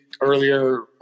earlier